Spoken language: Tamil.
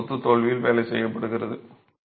சுருக்கத்தில் கொத்து தோல்வியில் வேலை செய்யப்படுகிறது